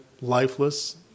lifeless